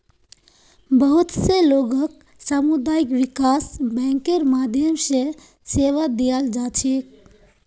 बहुत स लोगक सामुदायिक विकास बैंकेर माध्यम स सेवा दीयाल जा छेक